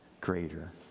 greater